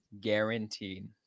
guaranteed